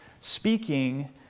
speaking